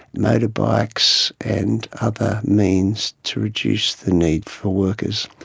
motorbikes and other means to reduce the need for workers.